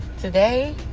today